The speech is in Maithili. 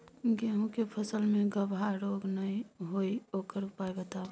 गेहूँ के फसल मे गबहा रोग नय होय ओकर उपाय बताबू?